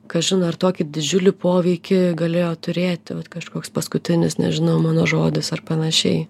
kažin ar tokį didžiulį poveikį galėjo turėti vat kažkoks paskutinis nežinau mano žodis ar panašiai